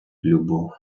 любов